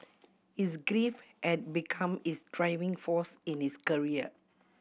his grief had become his driving force in his career